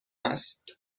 است